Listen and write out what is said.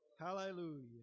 Hallelujah